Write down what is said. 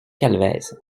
calvez